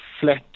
flat